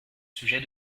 sujet